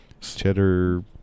cheddar